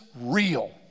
real